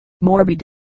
morbid